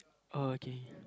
okay